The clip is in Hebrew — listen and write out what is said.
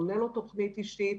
בונה לו תכנית אישית,